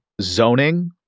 zoning